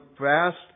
fast